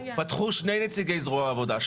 פתחו שני נציגי זרוע העבודה,